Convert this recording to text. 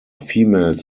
females